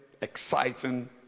exciting